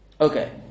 Okay